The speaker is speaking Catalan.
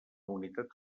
unitat